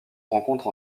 rencontre